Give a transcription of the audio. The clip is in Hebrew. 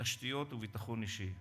תשתיות וביטחון אישי.